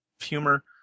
humor